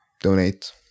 donate